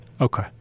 Okay